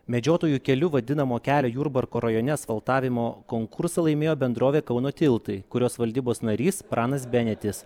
medžiotojų keliu vadinamo kelio jurbarko rajone asfaltavimo konkursą laimėjo bendrovė kauno tiltai kurios valdybos narys pranas benetis